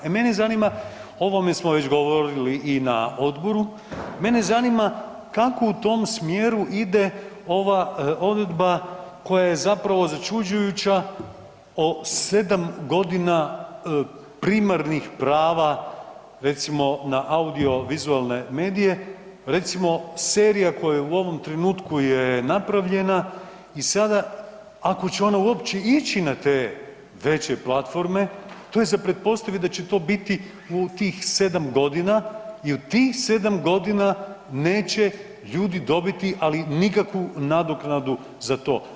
E mene zanima, o ovome smo već govorili i na odboru, mene zanima kako u tom smjeru ide ova odredba koja je zapravo začuđujuća o 7 godina primarnih prava recimo na audiovizualne medije, recimo serija koja u ovom trenutku je napravljena i sada ako će ona uopće ići na te veće platforme to je za pretpostaviti da će to biti u tih 7 godina i u tih 7 godina neće ljudi dobiti ali nikakvu nadoknadu za to.